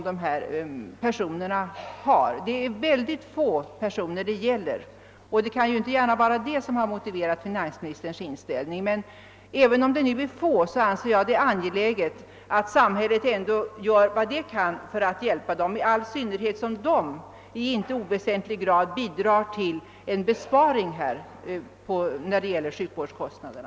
Det gäller mycket få personer, och det kan inte gärna vara detta som har motiverat finansministerns inställning. Men även om de är få anser jag det angeläget att samhället gör vad det kan för att hjälpa dem, i all synnerhet som de i inte oväsentlig grad bidrar till en minskning av sjukvårdskostnaderna.